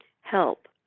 help